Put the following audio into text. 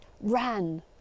ran